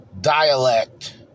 dialect